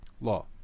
law